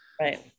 Right